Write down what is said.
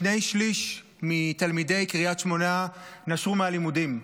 שני שליש מתלמידי קריית שמונה נשרו מהלימודים,